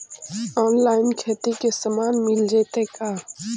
Online खेती के सामान मिल जैतै का?